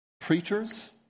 preachers